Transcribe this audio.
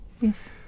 Yes